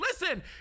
listen